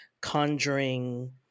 conjuring